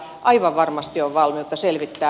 aivan varmasti on valmiutta selvittää